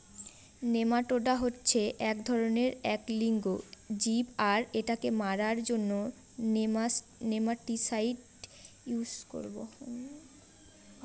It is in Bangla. নেমাটোডা হচ্ছে এক ধরনের এক লিঙ্গ জীব আর এটাকে মারার জন্য নেমাটিসাইড ইউস করবো